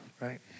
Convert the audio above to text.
Right